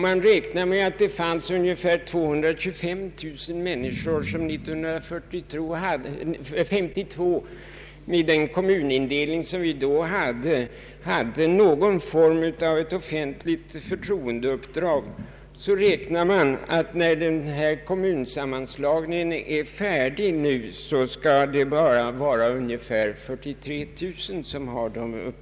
Man räknar med att det 1952 — med den kommunindelning som vi då hade — fanns ungefär 225 000 människor som hade någon form av offentligt förtroendeuppdrag. Motsvarande siffra, sedan kommunsammanslagningen är färdig, blir bara 43 000.